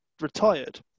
retired